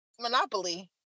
Monopoly